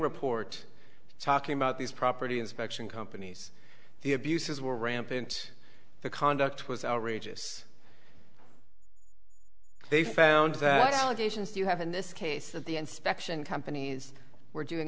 report talking about these property inspection companies the abuses were rampant the conduct was outrageous they found that allegations you have in this case that the inspection companies were doing